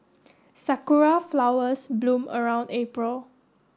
sakura flowers bloom around April